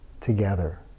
together